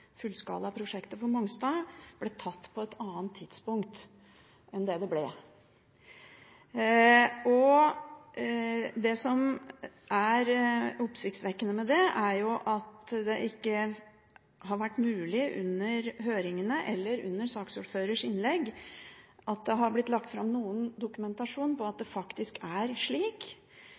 fullskalaprosjektet på Mongstad ble tatt på et annet tidspunkt enn det det ble. Det som er oppsiktsvekkende med det, er at det ikke har vært mulig under høringene eller under saksordførerens innlegg å legge fram noen dokumentasjon på at det faktisk er slik.